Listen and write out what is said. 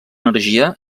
energia